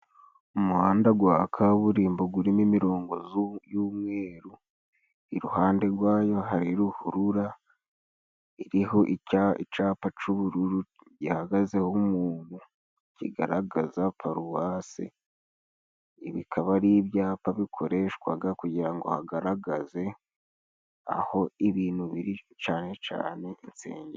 Umuhanda gwa kaburimbo gurimo imirongo y'umweru, iruhande rwayo hari ruhurura iriho icapa c'ubururu gihagazeho umuntu kigaragaza paruwasi, ibi bikaba ari ibyapa bikoreshwaga kugira ngo hagaragaze aho ibintu biri, cane cane insengero.